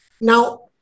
Now